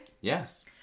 yes